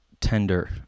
tender